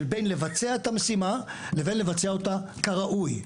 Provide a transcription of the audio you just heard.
של בין לבצע את המשימה לבין לבצע אותה כראוי.